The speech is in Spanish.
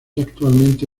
actualmente